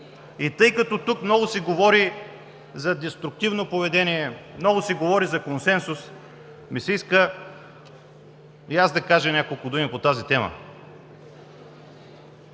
И тъй като тук много се говори за деструктивно поведение, много се говори за консенсус, ми се иска и аз да кажа няколко думи по тази тема.